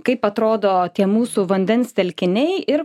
kaip atrodo tie mūsų vandens telkiniai ir